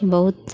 बहुत